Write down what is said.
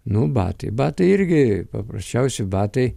nu batai batai irgi paprasčiausi batai